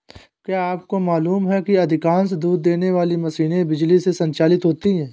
क्या आपको मालूम है कि अधिकांश दूध देने वाली मशीनें बिजली से संचालित होती हैं?